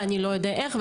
ואני לא יודע איך,